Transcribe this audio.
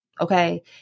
okay